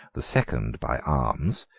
the second by arms,